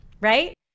right